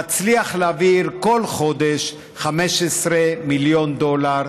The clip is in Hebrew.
מצליחים להעביר בכל חודש 15 מיליון דולר,